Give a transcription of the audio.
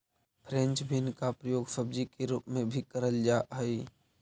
French bean का प्रयोग सब्जी के रूप में भी करल जा हई